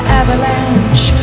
avalanche